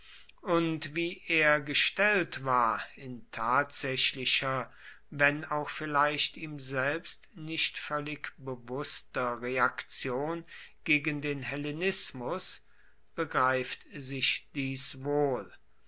und wie er gestellt war in tatsächlicher wenn auch vielleicht ihm selbst nicht völlig bewußter reaktion gegen den hellenismus begreift sich dies wohl